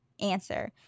answer